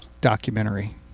Documentary